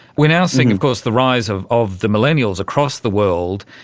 we are now seeing of course the rise of of the millennials across the world.